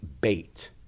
bait